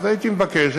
אז הייתי מבקש,